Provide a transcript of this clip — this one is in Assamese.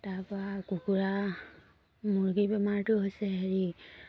তাৰপৰা কুকুৰা মুৰ্গী বেমাৰটো হৈছে হেৰি